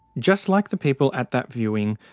just like the people at that viewing,